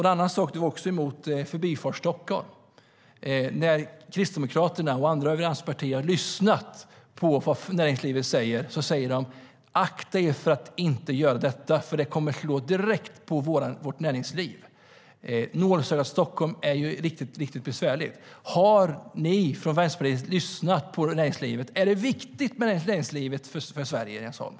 En annan sak du är emot är Förbifart Stockholm. Kristdemokraterna och andra allianspartier har lyssnat på vad näringslivet säger, och de säger att vi ska akta oss för att inte göra detta eftersom det skulle slå direkt mot näringslivet. Nålsögat i Stockholm är riktigt besvärligt. Har ni från Vänsterpartiet lyssnat på näringslivet? Är näringslivet viktigt för Sverige, Jens Holm?